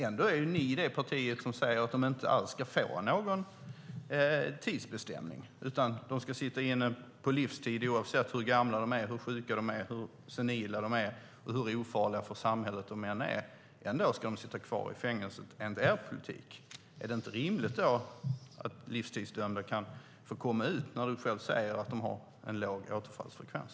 Ändå är Sverigedemokraterna det parti som säger att de inte alls ska få någon tidsbestämning, utan de ska sitta inne på livstid oavsett hur gamla, sjuka, senila eller ofarliga för samhället de är. De ska ändå sitta kvar i fängelset enligt er politik. Är det då inte rimligt att livstidsdömda kan få komma ut när du själv säger att de har en låg återfallsfrekvens?